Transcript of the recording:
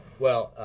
well,